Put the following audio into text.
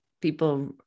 people